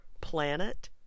planet